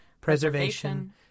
preservation